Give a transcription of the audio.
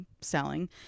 selling